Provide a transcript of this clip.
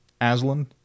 Aslan